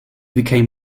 became